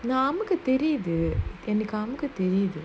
naamuku தெரியுது எனைக்கு:theriyuthu enaiku naamuku தெரியுது:theriyuthu